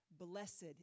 blessed